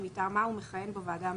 שמטעמה הוא מכהן בוועדה המשותפת,